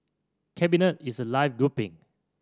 cabinet is a live grouping